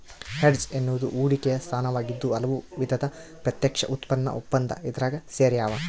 hedge ಎನ್ನುವುದು ಹೂಡಿಕೆಯ ಸ್ಥಾನವಾಗಿದ್ದು ಹಲವು ವಿಧದ ಪ್ರತ್ಯಕ್ಷ ಉತ್ಪನ್ನ ಒಪ್ಪಂದ ಇದ್ರಾಗ ಸೇರ್ಯಾವ